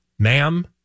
Ma'am